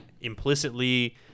implicitly